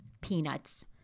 peanuts